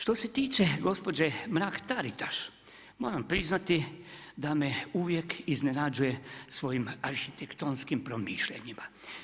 Što se tiče, gospođe Mrak-Taritaš, moram priznati, da me uvijek iznenađuje svojim arhitektonskim promišljanjima.